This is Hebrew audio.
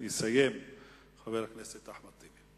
יסיים חבר הכנסת חנין.